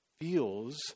feels